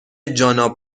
جانا